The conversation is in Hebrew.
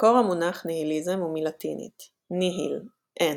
מקור המונח 'ניהיליזם' הוא מלטינית nihil – אין,